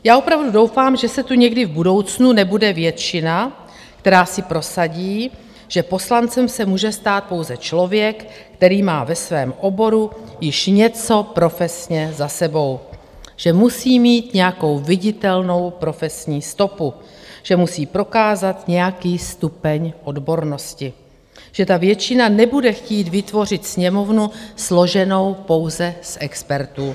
Já opravdu doufám, že tu někdy v budoucnu nebude většina, která si prosadí, že poslancem se může stát pouze člověk, který má ve svém oboru již něco profesně za sebou, že musí mít nějakou viditelnou profesní stopu, že musí prokázat nějaký stupeň odbornosti, že ta většina nebude chtít vytvořit Sněmovnu složenou pouze z expertů.